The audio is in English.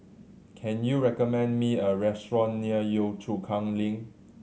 can you recommend me a restaurant near Yio Chu Kang Link